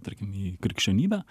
tarkim į krikščionybę